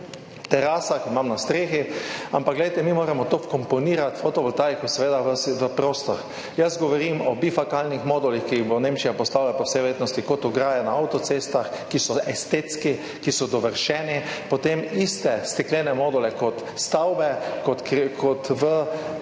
terasah, imam na strehi, ampak glejte, mi moramo to vkomponirati, fotovoltaiko, v prostor. Govorim o bifokalnih modulih, ki jih bo Nemčija postavila po vsej verjetnosti kot ograje na avtocestah, ki so estetski, ki so dovršeni, potem iste steklene module kot stavbe,